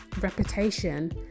reputation